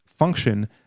Function